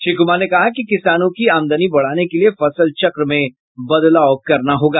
श्री कुमार ने कहा कि किसानों की आमदनी बढ़ाने के लिए फसल चक्र में बदलाव करना होगा